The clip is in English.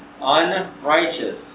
unrighteous